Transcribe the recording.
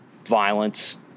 violence